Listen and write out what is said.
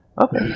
okay